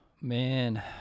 man